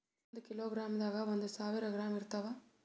ಒಂದ್ ಕಿಲೋಗ್ರಾಂದಾಗ ಒಂದು ಸಾವಿರ ಗ್ರಾಂ ಇರತಾವ